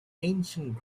ancient